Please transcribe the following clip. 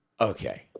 Okay